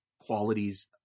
qualities